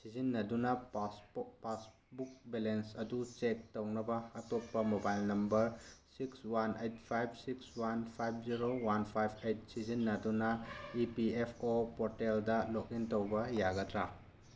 ꯁꯤꯖꯤꯟꯅꯗꯨꯅ passbook balance ꯑꯗꯨ check ꯇꯧꯅꯕ ꯑꯇꯣꯞꯄ mobile number six one eight five six one five zero one five eight ꯁꯤꯖꯤꯟꯅꯗꯨꯅ E P F O ꯄꯣꯔꯇꯦꯜꯗ log in ꯇꯧꯕ ꯌꯥꯒꯗ꯭ꯔꯥ